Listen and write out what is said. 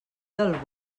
del